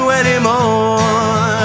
anymore